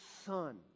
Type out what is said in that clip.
son